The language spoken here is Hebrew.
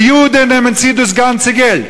די יודען נעמען צו דאס גאנצע געלט.